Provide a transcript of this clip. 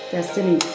Destiny